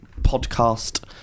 podcast